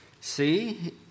see